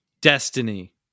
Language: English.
Destiny